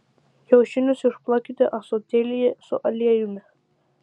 kiaušinius išplakite ąsotėlyje su aliejumi